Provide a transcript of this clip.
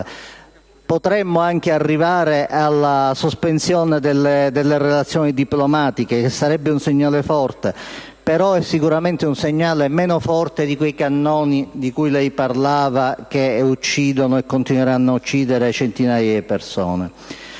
Potremmo anche arrivare alla sospensione delle relazioni diplomatiche, e sarebbe un segnale forte. Sarebbe però un segnale meno forte di quei cannoni di cui lei parlava, che uccidono e continueranno a uccidere centinaia di persone.